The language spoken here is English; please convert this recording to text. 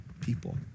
people